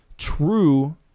true